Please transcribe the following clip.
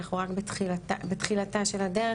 אנחנו רק בתחילתה של הדרך,